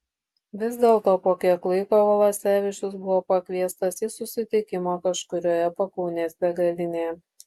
vis dėlto po kiek laiko valasevičius buvo pakviestas į susitikimą kažkurioje pakaunės degalinėje